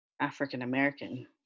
African-American